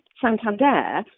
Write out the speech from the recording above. Santander